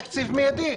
צריכים תקציב מיידי.